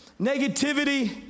negativity